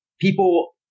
people